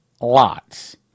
lots